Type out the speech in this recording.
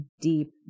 deep